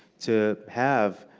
to have